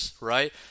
right